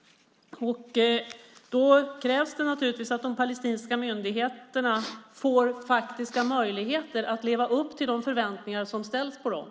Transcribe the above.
Då krävs det naturligtvis att de palestinska myndigheterna får faktiska möjligheter att leva upp till de förväntningar som ställs på dem.